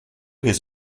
his